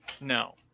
no